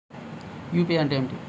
UPI అంటే ఏమిటీ?